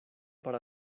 para